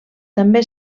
també